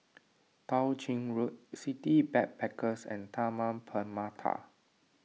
Tao Ching Road City Backpackers and Taman Permata